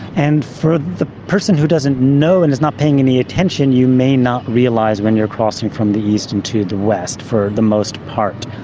and for the person who doesn't know and is not paying any attention, you may not realise when you're crossing from the east into the west for the most part.